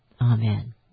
Amen